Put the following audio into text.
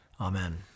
Amen